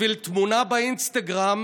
בשביל תמונה באינסטגרם